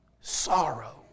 sorrow